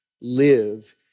live